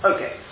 Okay